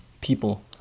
people